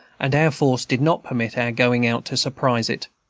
and our force did not permit our going out to surprise it.